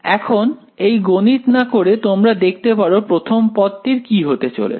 এখন এই গণিত না করে তোমরা দেখতে পারো প্রথম পদটির কি হতে চলেছে